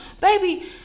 baby